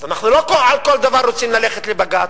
אנחנו לא על כל דבר רוצים ללכת לבג"ץ.